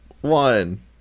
one